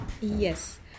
Yes